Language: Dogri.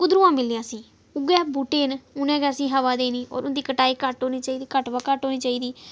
कुद्धरुआं मिलनी असें उ'यै बूह्टे न उनें गै असें हवा देनी होर उंदी कटाई घट होनी चाहीदी घट कोला घट होनी चाहीदी